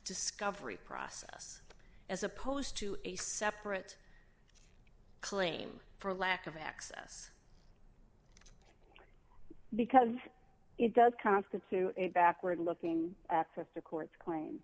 discovery process as opposed to a separate claim for lack of access because it does constitute a backward looking at five to court claim